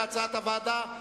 כהצעת הוועדה,